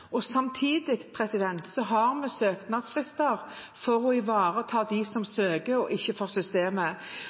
Samtidig har vi søknadsfrister for å ivareta dem som søker – ikke for systemet